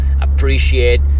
Appreciate